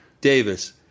Davis